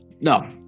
No